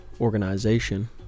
organization